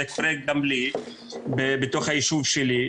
זה קורה גם לי בתוך היישוב שלי.